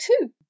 two